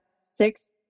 six